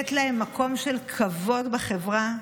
לתת להם מקום של כבוד בחברה,